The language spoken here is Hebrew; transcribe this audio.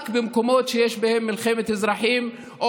רק במקומות שיש בהם מלחמת אזרחים או,